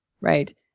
right